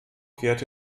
kehrte